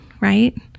right